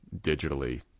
digitally